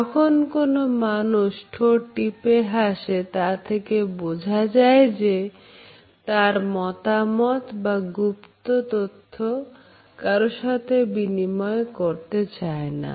যদি কোন মানুষ ঠোঁট টিপে হাসে তা থেকে বোঝা যায় যে সে তার মতামত বা গুপ্ত তথ্য কারো সাথে বিনিময় করতে চায়না